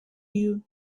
you